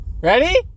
Ready